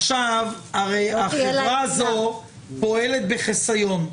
עכשיו, הרי החברה הזו פועלת בחיסיון.